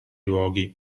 luoghi